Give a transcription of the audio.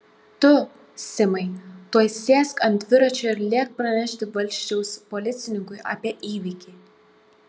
tu simai tuoj sėsk ant dviračio ir lėk pranešti valsčiaus policininkui apie įvykį